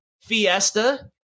Fiesta